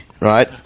Right